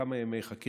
לכמה ימים חקירה,